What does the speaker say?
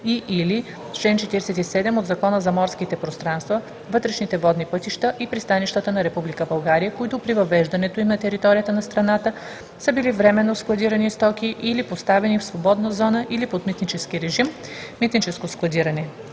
и/или чл. 47 от Закона за морските пространства, вътрешните водни пътища и пристанищата на Република България, които при въвеждането им на територията на страната са били временно складирани стоки или поставени в свободна зона или под митнически режими – митническо складиране,